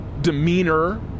Demeanor